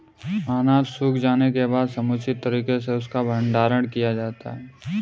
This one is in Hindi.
अनाज सूख जाने के बाद समुचित तरीके से उसका भंडारण किया जाता है